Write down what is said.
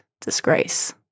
disgrace